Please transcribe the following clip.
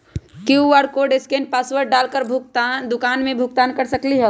QR code scan password डाल कर दुकान में भुगतान कर सकलीहल?